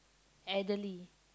elderly